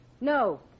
No